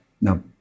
No